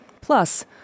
Plus